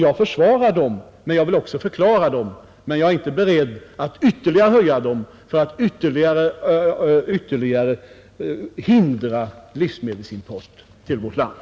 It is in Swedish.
Jag försvarar dem, men jag vill också förklara dem. Jag är emellertid inte beredd att ytterligare höja dem för att ytterligare hindra livsmedelsimport till vårt land.